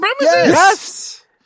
yes